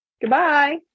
Goodbye